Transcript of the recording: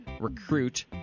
recruit